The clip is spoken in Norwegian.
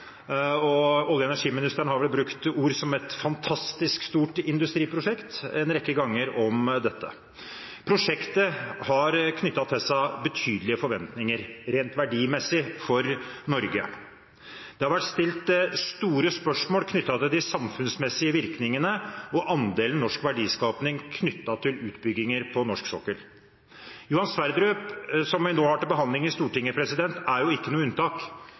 Olje- og energiministeren har vel brukt ord som «et fantastisk prosjekt» en rekke ganger om dette industriprosjektet. Prosjektet har knyttet til seg betydelige forventninger rent verdimessig for Norge. Det har vært stilt store spørsmål ved de samfunnsmessige virkningene og andelen norsk verdiskaping knyttet til utbygginger på norsk sokkel. Johan Sverdrup, som vi nå har til behandling i Stortinget, er jo ikke noe unntak.